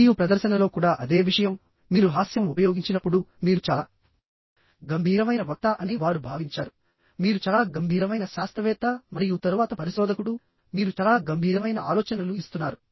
మరియు ప్రదర్శనలో కూడా అదే విషయం మీరు హాస్యం ఉపయోగించినప్పుడు మీరు చాలా గంభీరమైన వక్త అని వారు భావించారు మీరు చాలా గంభీరమైన శాస్త్రవేత్త మరియు తరువాత పరిశోధకుడు మీరు చాలా గంభీరమైన ఆలోచనలు ఇస్తున్నారు